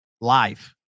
Life